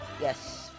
Yes